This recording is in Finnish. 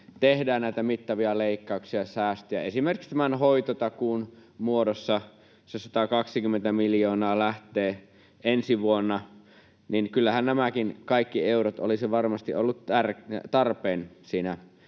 tehdään mittavia leikkauksia ja säästöjä, esimerkiksi tämän hoitotakuun muodossa se 120 miljoonaa lähtee ensi vuonna, niin kyllähän nämäkin kaikki eurot olisivat varmasti olleet tarpeen siinä